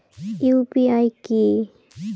UPI কি?